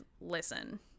listen